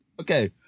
okay